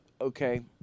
okay